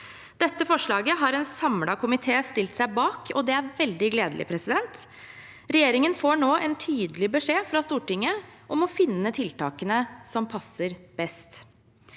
Dette forslaget har en samlet komité stilt seg bak, og det er veldig gledelig. Regjerin gen får nå en tydelig beskjed fra Stortinget om å finne tiltakene som passer best.